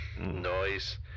Noise